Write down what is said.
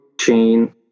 chain